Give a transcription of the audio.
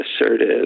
assertive